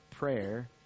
prayer